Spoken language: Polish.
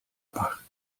pach